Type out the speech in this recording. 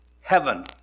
heaven